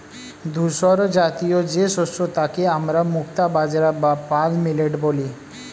ধূসরজাতীয় যে শস্য তাকে আমরা মুক্তা বাজরা বা পার্ল মিলেট বলি